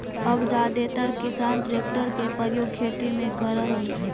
अब जादेतर किसान ट्रेक्टर के प्रयोग खेती में करऽ हई